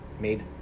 made